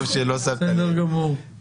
בסדר גמור.